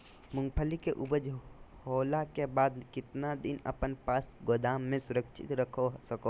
मूंगफली के ऊपज होला के बाद कितना दिन अपना पास गोदाम में सुरक्षित रख सको हीयय?